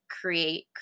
create